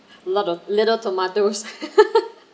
lot of little tomatoes